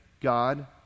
God